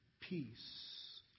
peace